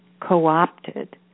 co-opted